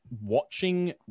watching